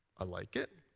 i like it.